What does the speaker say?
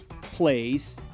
plays